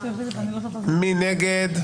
מי נגד?